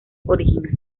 original